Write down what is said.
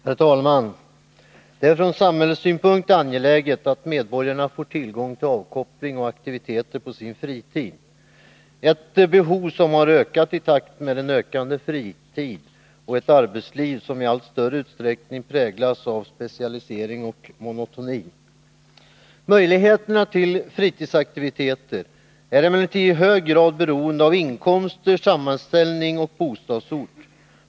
Herr talman! Det är från samhällssynpunkt angeläget att medborgarna får tillgång till avkoppling och aktiviteter på sin fritid. Det är ett behov som har ökat i takt med den ökande fritiden och att arbetslivet i allt större utsträckning präglas av specialisering och monotoni. Möjligheterna till fritidsaktiviteter är emellertid i hög grad beroende av inkomster, samhällsställning och bostadsort.